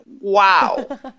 wow